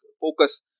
focus